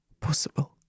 possible